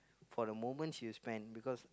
for the moments you spend because